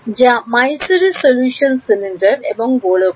যা মাই series solution cylinder এবং গোলক বলে